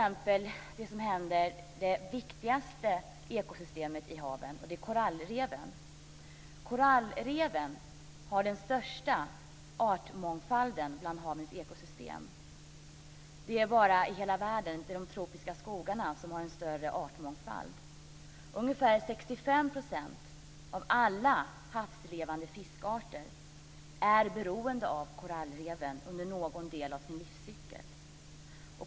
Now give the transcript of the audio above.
Det viktigaste ekosystemet i haven är korallreven. Korallreven har den största artmångfalden bland havens ekosystem. I hela världen är det bara de tropiska skogarna som har en större artmångfald. Ungefär 65 % av alla havslevande fiskarter är beroende av korallreven under någon del av sin livscykel.